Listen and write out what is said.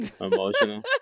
emotional